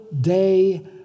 day